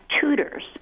tutors